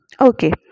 Okay